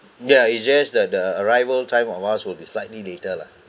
ya it's just that the arrival time on us will be slightly later lah